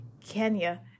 kenya